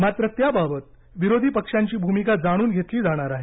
मात्र त्याबाबत विरोधी पक्षांची भूमिका जाणून घेतली जाणार आहे